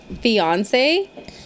fiance